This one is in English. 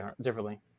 differently